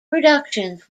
productions